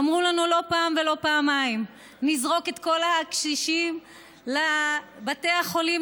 אמרו לנו לא פעם ולא פעמיים: נזרוק את כל הקשישים לבתי החולים,